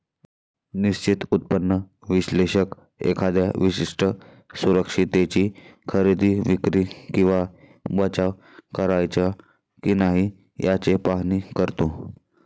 निश्चित उत्पन्न विश्लेषक एखाद्या विशिष्ट सुरक्षिततेची खरेदी, विक्री किंवा बचाव करायचा की नाही याचे पाहणी करतो